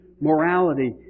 morality